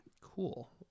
cool